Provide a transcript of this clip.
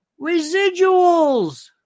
Residuals